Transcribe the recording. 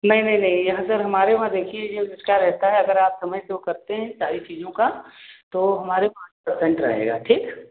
नहीं नहीं नहीं यहाँ सर हमारे वहाँ देखिए जो उसका रहता है अगर आप समय से वो करते हैं सारी चीज़ों का तो हमारे पाँच पर्सेन्ट रहेगा ठीक